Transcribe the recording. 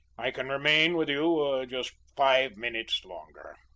i can remain with you just five minutes longer.